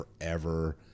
forever